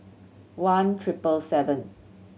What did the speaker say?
one triple seven